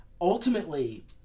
Ultimately